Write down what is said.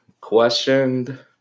questioned